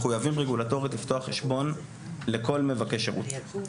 מחויבים רגולטורית לפתוח חשבון לכל מבקש שירות.